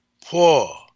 poor